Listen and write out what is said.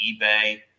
eBay